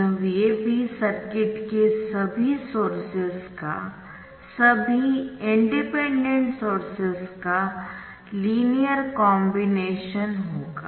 यह VAB circuit के सभी सोर्सेस का सभी इंडिपेंडेंट सोर्सेस का लीनियर कॉम्बिनेशन होगा